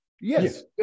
Yes